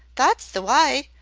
that's the wye!